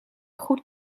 goed